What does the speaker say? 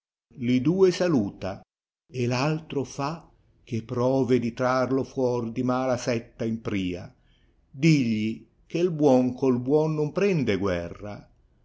li due saluta e v altro fa che prore di trarlo fuor di mala setta imria digli che u buon col buon non prende guerra